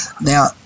Now